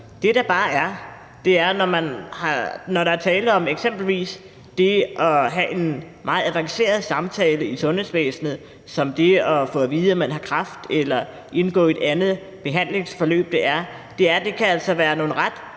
Det, der bare er, er, at når der er tale om eksempelvis det at have en meget avanceret samtale i sundhedsvæsenet som det at få at vide, at man har kræft eller skal indgå i et andet behandlingsforløb, kan det altså være nogle ret